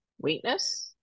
weakness